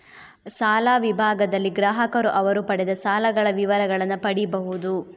ಸಾಲ ವಿಭಾಗದಲ್ಲಿ ಗ್ರಾಹಕರು ಅವರು ಪಡೆದ ಸಾಲಗಳ ವಿವರಗಳನ್ನ ಪಡೀಬಹುದು